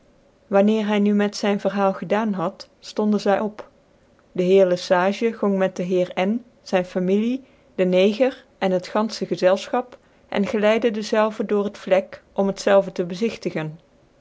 wanneer hy nu met zyn verhaal gedaan had ftonden zy op de heer lc sage gong met de heer n zyn familie dc neger en het ganfehc gezelschap en geleide dezelve door liet vlek om het zelve te bezigtigen